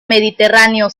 mediterráneo